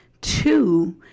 two